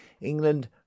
England